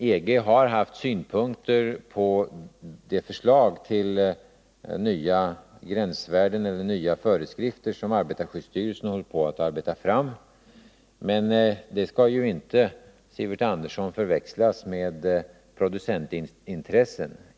EG har haft synpunkter på det förslag till nya gränsvärden eller nya föreskrifter som arbetarskyddsstyrelsen håller på att arbeta fram, men det skall ju inte, Sivert Andersson, förväxlas med producentintressen.